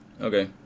Okay